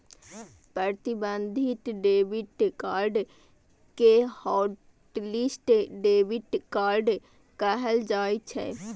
प्रतिबंधित debit card कें hotlist debit card कहल जाइ छै